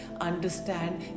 understand